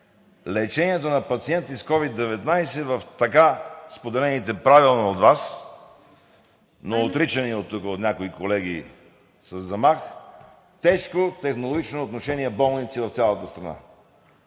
лечението на пациенти с COVID-19 в така споделените правилно от Вас, но отричани тук от някои колеги със замах, тежко в технологично отношение болници в цялата страна.